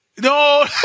No